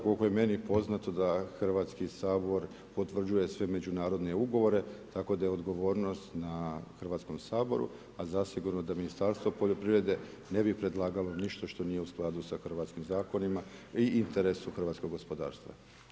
Koliko je meni poznato da Hrvatski sabor potvrđuje sve međunarodne ugovore, tako da je odgovornost na Hrvatskom saboru, a zasigurno da Ministarstvo poljoprivrede ne bi predlagalo ništa što nije u skladu sa Hrvatskim zakonima i interesu hrvatskog gospodarstva.